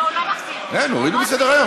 כן, הורידו מסדר-היום.